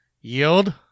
Yield